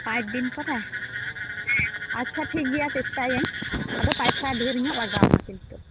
ᱯᱟᱸᱪᱫᱤᱱ ᱯᱚᱨᱮ ᱟᱪᱪᱷᱟ ᱴᱷᱤᱠ ᱜᱮᱭᱟ ᱪᱮᱥᱴᱟᱭᱟᱹᱧ ᱟᱫᱚ ᱯᱚᱭᱥᱟ ᱰᱷᱮᱨ ᱧᱚᱜ ᱞᱟᱜᱟᱣᱟᱢᱟ ᱠᱤᱱᱛᱩ